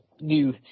new